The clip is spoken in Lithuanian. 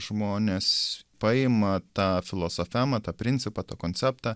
žmonės paima tą filosofavimą tą principą tą konceptą